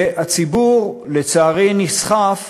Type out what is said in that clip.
והציבור לצערי נסחף,